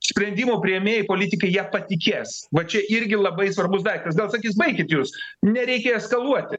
sprendimų priėmėjai politikai jie patikės va čia irgi labai svarbus daiktas gal sakys baikit jūs nereikia eskaluoti